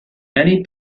many